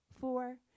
four